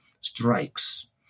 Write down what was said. strikes